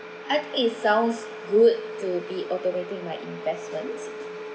I think it sounds good to be automating my investment